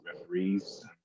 referees